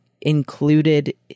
included